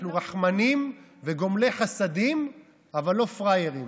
אנחנו רחמנים וגומלי חסדים אבל לא פראיירים,